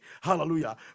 Hallelujah